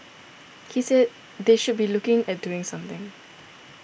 he said they should be looking at doing something